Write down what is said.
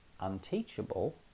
unteachable